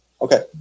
Okay